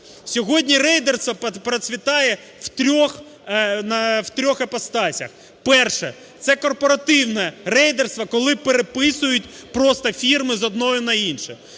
Сьогодні рейдерство процвітає в трьох іпостасях. Перше – це корпоративне рейдерство, коли переписують просто фірми з одної на іншу.